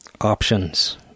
options